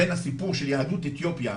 בין הסיפור של יהדות אתיופיה,